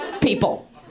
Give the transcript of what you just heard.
people